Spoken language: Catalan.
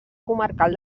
comarcal